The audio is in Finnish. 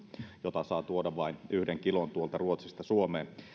jota saa tuoda vain yhden kilon tuolta ruotsista suomeen